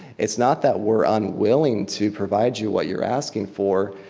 it's not that we're unwilling to provide you what you're asking for,